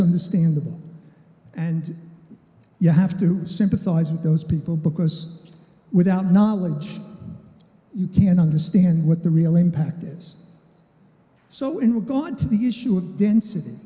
understandable and you have to sympathize with those people because without knowledge you can understand what the real impact is so in regard to the issue of density